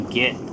get